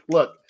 Look